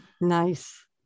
Nice